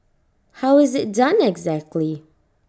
how is IT done exactly